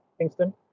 Kingston